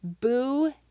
Boo